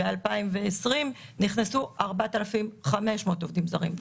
ב-2020 נכנסו 4,500 עובדים זרים,